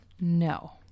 No